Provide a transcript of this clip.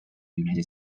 united